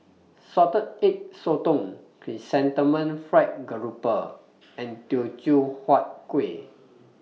Salted Egg Sotong Chrysanthemum Fried Grouper and Teochew Huat Kuih